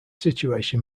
situation